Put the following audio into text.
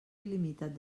il·limitat